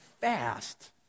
fast